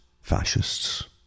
fascists